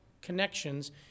connections